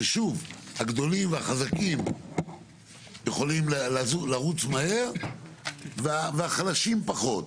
הגדולים והחזקים יכולים לרוץ מהר והחלשים פחות.